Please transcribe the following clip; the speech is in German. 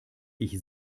ich